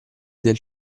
del